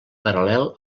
paral·lel